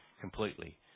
completely